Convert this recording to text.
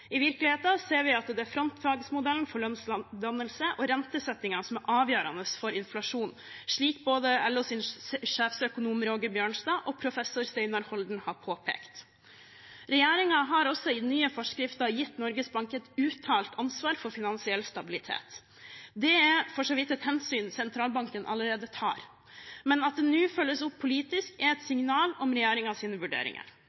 i praksis. I virkeligheten ser vi at det er frontfagmodellen for lønnsdannelse og rentesettingen som er avgjørende for inflasjonen, slik både LOs sjeføkonom, Roger Bjørnstad, og professor Steinar Holden har påpekt. Regjeringen har også i nye forskrifter gitt Norges Bank et uttalt ansvar for finansiell stabilitet. Det er for så vidt et hensyn sentralbanken allerede tar. Men at det nå følges opp politisk, er et